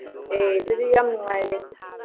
ꯑꯦ ꯑꯗꯨꯗꯤ ꯌꯥꯝ ꯅꯨꯡꯉꯥꯏꯔꯦ